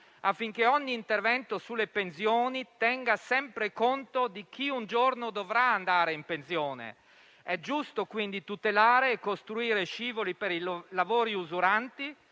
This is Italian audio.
affinché ogni intervento sulle pensioni tenga sempre conto di chi un giorno dovrà andare in pensione. È giusto quindi tutelare e costruire scivoli per i lavori usuranti,